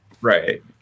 right